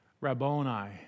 Rabboni